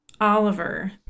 Oliver